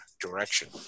direction